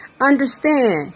Understand